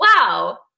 wow